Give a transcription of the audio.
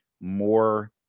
more